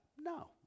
No